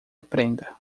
aprenda